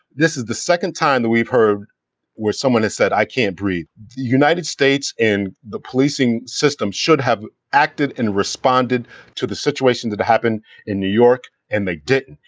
this is the second time that we've heard where someone has said i can't breathe. the united states in the policing system should have acted and responded to the situation that happened in new york and they didn't.